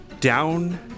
Down